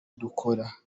dukora